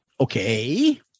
okay